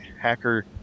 hacker